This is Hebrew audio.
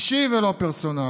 אישי ולא פרסונלי.